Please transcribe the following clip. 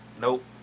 Nope